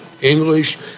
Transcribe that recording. English